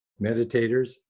meditators